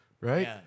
Right